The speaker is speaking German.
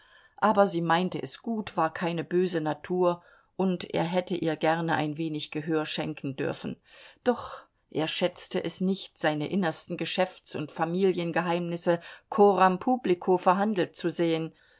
aber sie meinte es gut war keine böse natur und er hätte ihr gerne ein wenig gehör schenken dürfen doch er schätzte es nicht seine innersten geschäfts und familiengeheimnisse coram publico verhandelt zu sehen